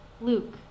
Luke